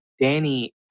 Danny